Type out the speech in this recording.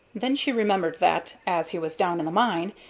then she remembered that, as he was down in the mine,